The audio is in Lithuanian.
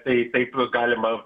tai taip galima